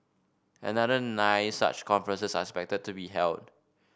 another nine such conferences are expected to be held